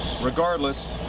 Regardless